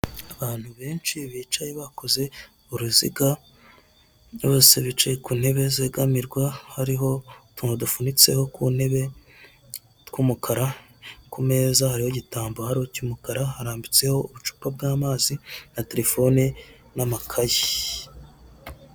Abantu benshi bicaye bakoze uruziga bose bicaye ku ntebe zegamirwa, hariho utuntu dupfunyitseho ku ntebe tw'umukara ku meza hariho igitambaro cy'umukara, harambitseho ubucupa bw'amazi na telefone n'amakayi.